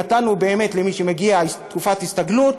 נתנו, באמת, למי שמגיע, תקופת הסתגלות,